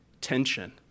tension